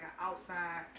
outside